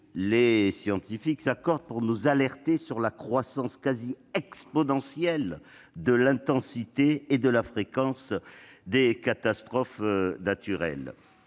les scientifiques, s'accorde pour nous alerter sur la croissance quasi exponentielle de l'intensité et de la fréquence des catastrophes naturelles.